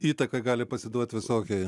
įtakai gali pasiduoti visokiai